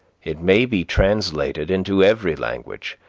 it may be translated into every language,